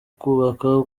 kubaka